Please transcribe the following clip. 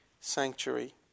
sanctuary